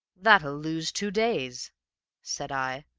that'll lose two days said i,